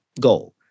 goal